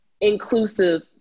inclusive